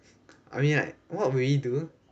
I mean like what would you do